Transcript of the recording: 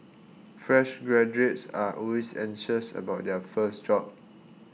fresh graduates are always anxious about their first job